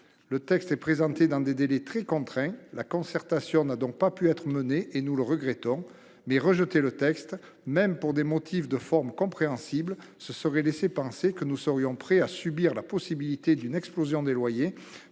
Ce texte étant présenté dans des délais très contraints, la concertation n'a pu être menée, et nous le regrettons. Mais rejeter le texte, même pour des motifs de forme compréhensibles, ce serait laisser penser que nous serions prêts à laisser les Français et les